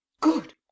Good